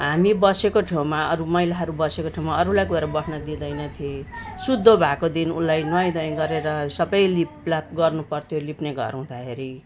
हामी बसेको ठाउँमा अरू महिलाहरू बसेको ठाउँमा अरूलाई गएर बस्न दिँदैन थिए शुद्ध भएको दिन उसलाई नुवाईधुवाई गरेर सबै लिपलाप गर्नु पर्थ्यो लिप्ने घर हुँदाखेरि